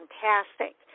fantastic